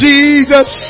Jesus